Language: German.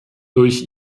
durch